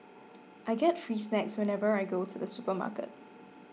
I get free snacks whenever I go to the supermarket